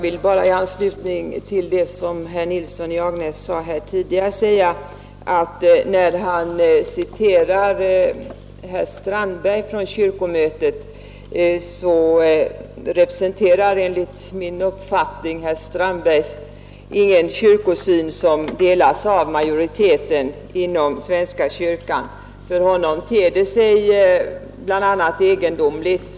Herr talman! Herr Nilsson i Agnäs citerade tidigare herr Strandberg från kyrkomötet. Herr Strandberg representerar enligt min uppfattning ingen kyrkosyn som delas av majoriteten inom svenska kyrkan.